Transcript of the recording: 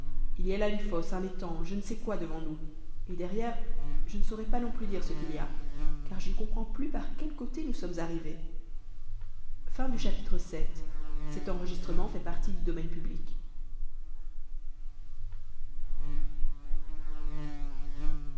il y a là une fosse un étang je ne sais quoi devant nous et derrière je ne saurais pas non plus dire ce qu'il y a car je ne comprends plus par quel côté nous sommes arrivés